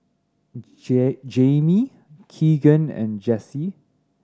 Jame Keagan and Jase